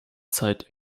zeit